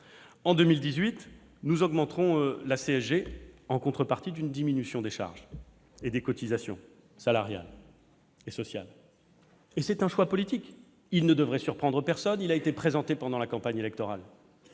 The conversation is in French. En 2018, nous augmenterons la CSG en contrepartie d'une diminution des charges ainsi que des cotisations salariales et sociales. C'est là un choix politique, qui ne devrait étonner personne : il a été présenté pendant la campagne électorale,